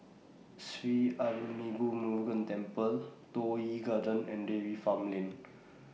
Sri Arulmigu Murugan Temple Toh Yi Garden and Dairy Farm Lane